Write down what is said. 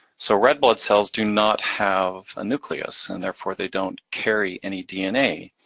so, red blood cells do not have a nucleus, and therefore, they don't carry any dna.